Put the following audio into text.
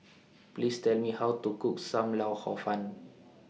Please Tell Me How to Cook SAM Lau Hor Fun